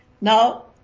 Now